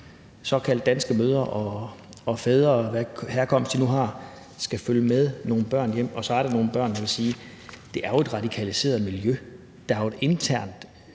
såkaldt danske mødre og fædre, hvad herkomst de nu har, skal følge med nogen børn hjem. Og så er der nogle børn, som man må sige jo er i et radikaliseret miljø. Der er jo et internt